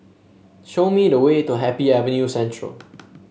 show me the way to Happy Avenue Central